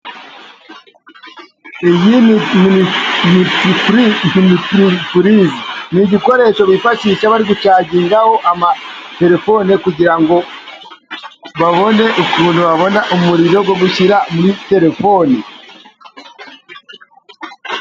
Iyi ni muritipurizi ni igikoresho wifakisha bari gucagingiraho amatelefone, kugira ngo babone ukuntu babona umuriro wo gushyira muri telefoni.